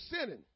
sinning